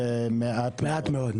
מעט מאוד.